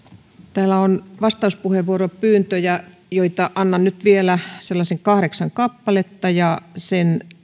täällä on pyyntöjä vastauspuheenvuoroista joita annan nyt vielä sellaiset kahdeksan kappaletta ja sen